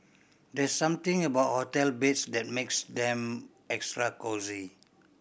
there's something about hotel beds that makes them extra cosy